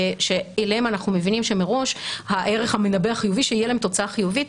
שאליהם אנחנו מבינים שמראש הערך המנבא החיובי שיהיה להם תוצאה חיובית,